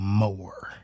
more